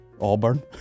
Auburn